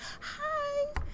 hi